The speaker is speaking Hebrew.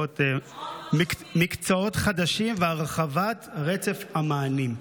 מקצועות חדשים והרחבת רצף המענים.